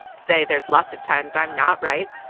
say there's lots of times i'm not right.